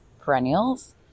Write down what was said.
perennials